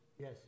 Yes